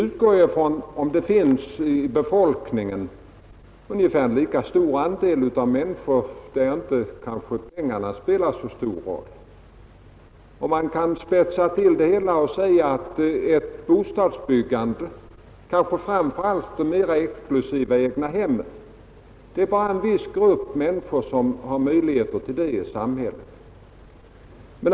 Kanske det i befolkningen i de båda länderna finns ungefär lika stor andel av människor för vilka pengarna inte spelar så stor roll. Man kan spetsa till det hela och säga att det i fråga om detta bostadsbyggande — framför allt när det gäller de mera exklusiva egnahemmen — bara är en viss grupp i samhället som har tillräckliga ekonomiska möjligheter.